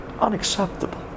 unacceptable